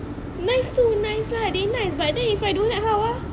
nice tu nice lah they nice but if I don't like how ah